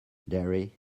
dairy